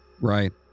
Right